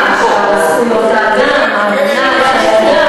היחס למוחלש, זכויות האדם, ההגנה על חיי אדם.